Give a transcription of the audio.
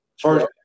First